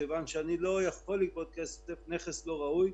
מכיוון שאני לא יכול לגבות כסף מנכס לא ראוי.